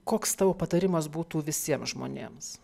koks tavo patarimas būtų visiems žmonėms